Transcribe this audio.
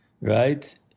right